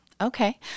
Okay